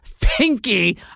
Pinky